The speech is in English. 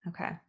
Okay